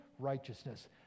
righteousness